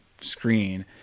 screen